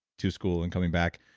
to school and coming back,